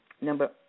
Number